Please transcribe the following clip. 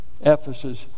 Ephesus